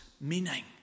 meaning